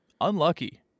Unlucky